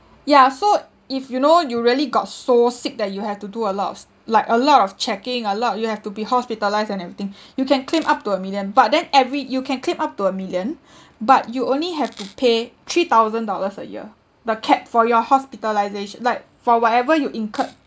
ya so if you know you really got so sick that you have to do a lot of like a lot of checking a lot you have to be hospitalised and everything you can claim up to a million but then every you can claim up to a million but you only have to pay three thousand dollars a year the cap for your hospitalisation like for whatever you incurred